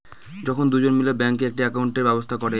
যখন দুজন মিলে ব্যাঙ্কে একটি একাউন্টের ব্যবস্থা করে